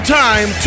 time